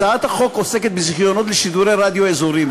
הצעת החוק עוסקת בזיכיונות לשידורי רדיו אזוריים.